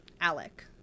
Alec